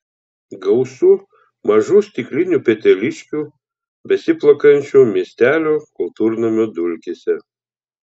gausu mažų stiklinių peteliškių besiplakančių miestelio kultūrnamio dulkėse